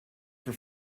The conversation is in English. for